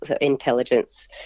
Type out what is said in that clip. intelligence